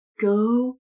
go